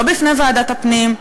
לא בפני ועדת הפנים,